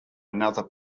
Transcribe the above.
another